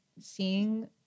seeing